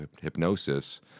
hypnosis